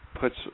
puts